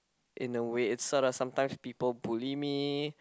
in a way it's sort of sometime people bully me